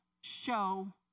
show